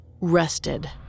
rested